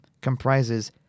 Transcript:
comprises